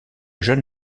jeune